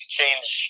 change